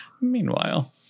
Meanwhile